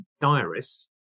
diarist